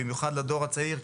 במיוחד לדור הצעיר,